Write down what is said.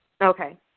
Okay